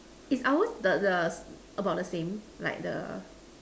is ours the the about the same like the